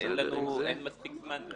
כי אין מספיק זמן,